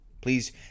Please